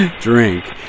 Drink